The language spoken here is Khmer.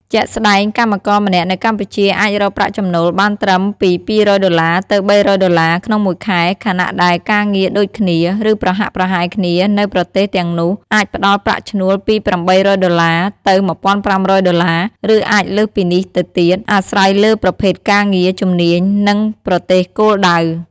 ជាក់ស្ដែង កម្មករម្នាក់នៅកម្ពុជាអាចរកប្រាក់ចំណូលបានត្រឹមពី ២០០ដុល្លា ទៅ ៣០០ដុល្លា ក្នុងមួយខែ ខណៈដែលការងារដូចគ្នា ឬប្រហាក់ប្រហែលគ្នានៅប្រទេសទាំងនោះ អាចផ្ដល់ប្រាក់ឈ្នួលពី៨០០ដុល្លា ទៅ ១៥០០ដុល្លា ឬអាចលើសពីនេះទៅទៀត អាស្រ័យលើប្រភេទការងារ ជំនាញ និងប្រទេសគោលដៅ។